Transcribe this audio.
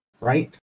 right